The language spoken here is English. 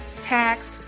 tax